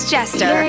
Jester